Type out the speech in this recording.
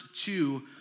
two